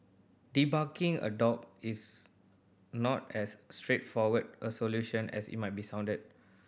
debarking a dog is not as straightforward a solution as it might be sounded